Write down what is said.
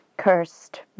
Cursed